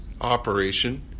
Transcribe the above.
operation